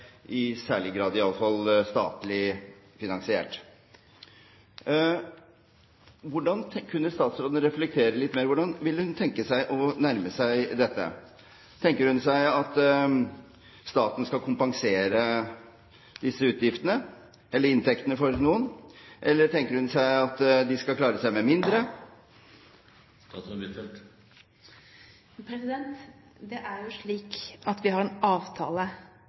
i særlig grad i alle fall – statlig finansiert. Kan statsråden reflektere litt mer rundt hvordan hun tenker seg å nærme seg dette? Tenker hun seg at staten skal kompensere disse utgiftene – eller inntektene for noen – eller tenker hun seg at de skal klare seg med mindre? Det er jo slik at vi har en avtale